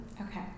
Okay